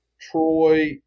Troy